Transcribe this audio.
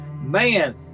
man